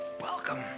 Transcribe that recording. Welcome